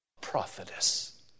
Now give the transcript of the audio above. prophetess